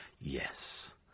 Yes